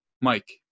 Mike